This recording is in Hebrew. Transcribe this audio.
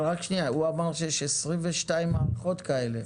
אבל רק שנייה, הוא אמר שיש 22 מערכות כאלה.